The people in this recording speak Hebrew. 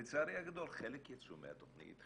ולצערי הגדול חלק יצאו מהתוכנית,